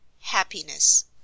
Happiness